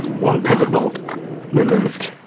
one pivot bolt removed.